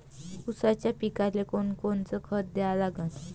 ऊसाच्या पिकाले कोनकोनचं खत द्या लागन?